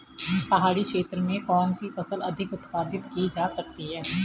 पहाड़ी क्षेत्र में कौन सी फसल अधिक उत्पादित की जा सकती है?